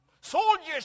Soldiers